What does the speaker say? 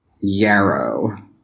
Yarrow